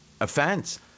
offense